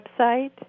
website